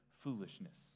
foolishness